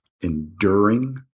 enduring